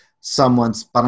someone's